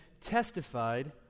testified